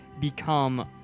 become